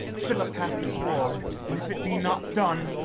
philip hath sworn, and if it be not done,